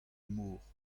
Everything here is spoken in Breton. mor